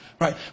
Right